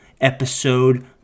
episode